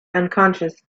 unconscious